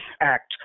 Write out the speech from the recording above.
act